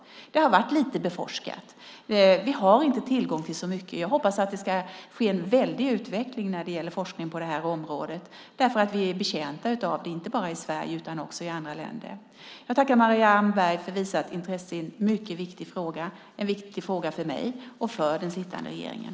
Detta har varit lite beforskat. Vi har inte tillgång till så mycket. Jag hoppas att det ska ske en väldig utveckling av forskning på det här området, därför att vi är betjänta av det, inte bara i Sverige utan också i andra länder. Jag tackar Marianne Berg för visat intresse i en mycket viktig fråga - en viktig fråga för mig och för den sittande regeringen.